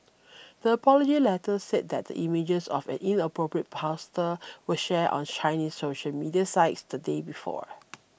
the apology letter said that the images of an inappropriate pastor were shared on Chinese social media sites the day before